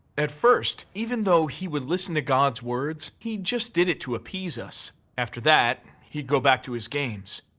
at first, even though he would listen to god's words, he just did it to appease us. after that, he'd go back to his games.